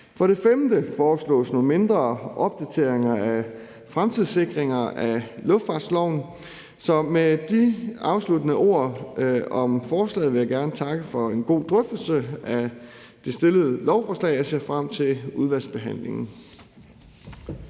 For det femte foreslås nogle mindre opdateringer og fremtidssikringer af luftfartsloven. Så med de afsluttende ord om forslaget vil jeg gerne takke for en god drøftelse af det fremsatte lovforslag. Jeg ser frem til udvalgsbehandlingen.